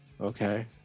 Okay